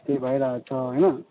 त्यही भइरहेको छ होइन